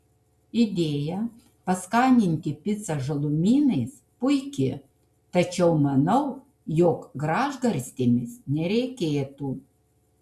idėja paskaninti picą žalumynais puiki tačiau manau jog gražgarstėmis nereikėtų